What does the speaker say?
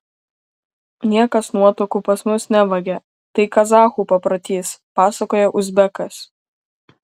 niekas nuotakų pas mus nevagia tai kazachų paprotys pasakoja uzbekas